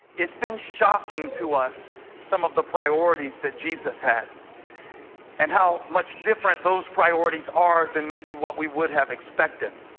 it's been shocking to us some of the priorities that jesus had had and how much different those priorities are than maybe what we would have expected?